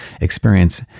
experience